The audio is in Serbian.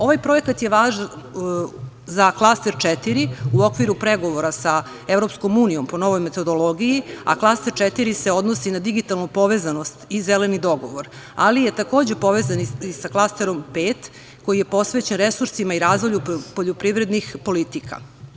Ovaj projekat je važan za klaster 4 u okviru pregovora sa EU po novoj metodologiji, a klaster 4 se odnosi na digitalnu povezanost i zeleni dogovor, ali je takođe povezan i sa klasterom 5 koji je posvećen resursima i razvoju poljoprivrednih politika.